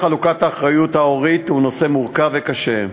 חלוקת האחריות ההורית היא נושא מורכב וקשה.